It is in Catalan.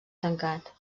tancat